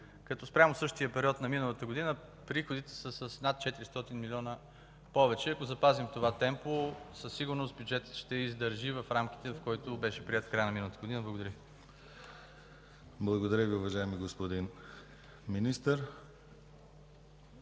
като спрямо същия период за миналата година приходите са с над 400 милиона повече. Ако запазим това темпо, със сигурност бюджетът ще издържи в рамките, в които беше приет в края на миналата година. Благодаря. ПРЕДСЕДАТЕЛ ДИМИТЪР ГЛАВЧЕВ: Благодаря, уважаеми господин Министър.